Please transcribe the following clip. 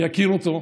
מי יכיר אותו?